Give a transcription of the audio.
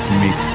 mix